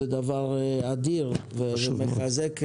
זה דבר אדיר ומחזק מאוד.